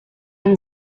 then